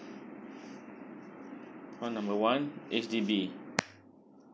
call number one H_D_B